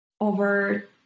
over